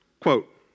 quote